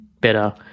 better